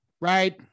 right